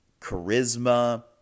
charisma